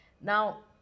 Now